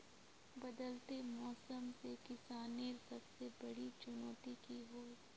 बदलते मौसम से किसानेर सबसे बड़ी चुनौती की होय?